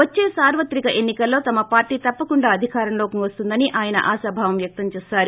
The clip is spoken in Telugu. వచ్చే సార్వత్రిక ఎన్సికల్లో తమ పార్టీ తప్పకుండా అధికారంలోకి వస్తుందని ఆయన ఆశాభావం వ్యక్తం చేశారు